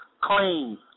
clean